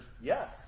yes